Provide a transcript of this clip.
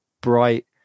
bright